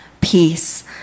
peace